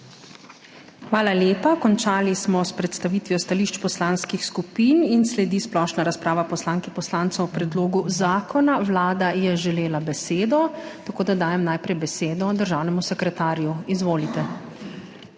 Hvala lepa. Končali smo s predstavitvijo stališč poslanskih skupin in sledi splošna razprava poslank in poslancev o predlogu zakona. Vlada je želela besedo, tako da dajem najprej besedo državnemu sekretarju, izvolite.